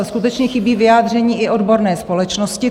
Skutečně chybí vyjádření i odborné společnosti.